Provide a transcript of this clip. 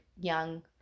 young